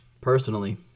personally